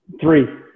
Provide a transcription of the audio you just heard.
Three